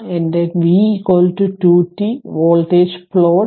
എന്റെ v 2 t voltage plot